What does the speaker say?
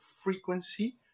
frequency